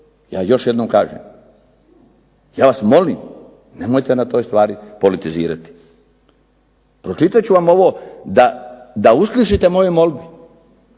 ja još jednom kažem, ja vas molim, nemojte na toj stvari politizirati. Pročitat ću vam ovo da uslišite moje molbe.